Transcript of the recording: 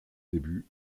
début